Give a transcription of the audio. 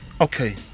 okay